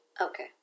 Okay